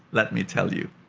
let me tell you.